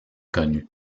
connue